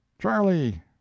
Charlie